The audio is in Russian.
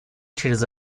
через